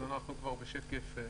אנחנו כבר בשקף 8: